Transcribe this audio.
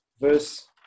verse